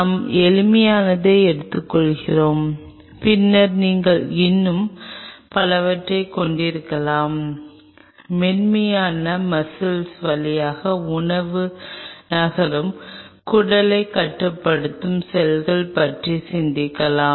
நான் எளிமையானதை எடுத்துக்கொள்கிறேன் பின்னர் நீங்கள் இன்னும் பலவற்றைக் கொண்டிருக்கலாம் மென்மையான மஸ்ஸிள் வழியாக உணவு நகரும் குடலைக் கட்டுப்படுத்தும் செல்களைப் பற்றி சிந்திக்கலாம்